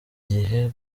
gihe